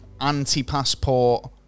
anti-passport